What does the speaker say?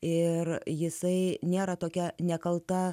ir jisai nėra tokia nekalta